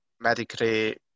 medically